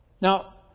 Now